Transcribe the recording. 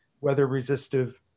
weather-resistive